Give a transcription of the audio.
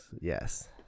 Yes